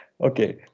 okay